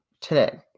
Today